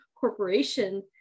corporation